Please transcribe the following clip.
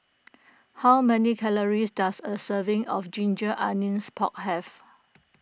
how many calories does a serving of Ginger Onions Pork have